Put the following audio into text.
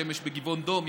שמש בגבעון דום,